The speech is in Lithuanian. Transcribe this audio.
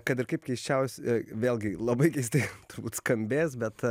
kad ir kaip keisčiaus i vėlgi labai keistai turbūt skambės bet